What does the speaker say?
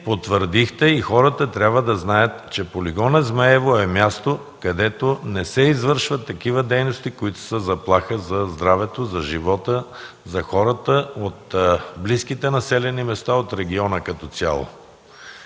потвърдихте и хората трябва да знаят, че полигонът „Змейово” е място, където не се извършват такива дейности, които са заплаха за здравето, за живота, за хората от близките населени места от региона като цяло.